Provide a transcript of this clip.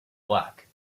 black